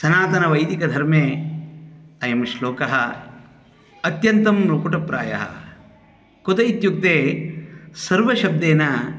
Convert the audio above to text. सनातनवैदिकधर्मे अयं श्लोकः अत्यन्तं मुकुटप्रायः कुत इत्युक्ते सर्वशब्देन